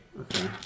Okay